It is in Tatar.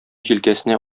җилкәсенә